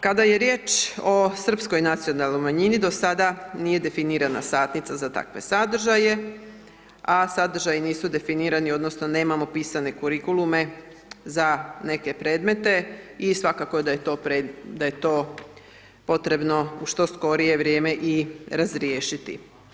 Kada je riječ o srpskoj nacionalnoj manjini, do sada nije definirana satnica za takve sadržaje, a sadržaji nisu definirani odnosno nemamo pisane kurikulume za neke predmete i svakako da je to pred, da je to potrebno u što skorije vrijeme i razriješiti.